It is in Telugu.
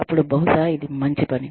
అప్పుడు బహుశా ఇది మంచి పని